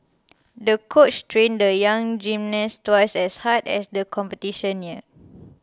the coach trained the young gymnast twice as hard as the competition neared